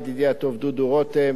ידידי הטוב דודו רותם,